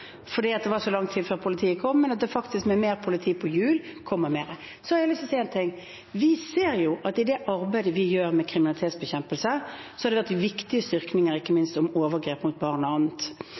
at før gjorde de egentlig bare opp fordi det tok så lang tid før politiet kom, men at med mer politi på hjul kommer det faktisk mer. Så har jeg lyst til å si en ting: Vi ser at i det arbeidet vi gjør med kriminalitetsbekjempelse, har det vært viktige styrkninger ikke minst når det gjelder overgrep mot barn – og annet.